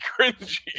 cringy